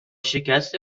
شکست